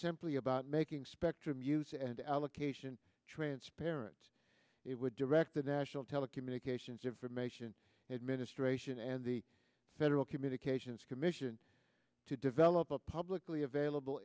simply about making spectrum use and allocation transparent it would direct the national telecommunications information administration and the federal communications commission to develop a publicly available